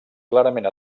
clarament